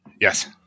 Yes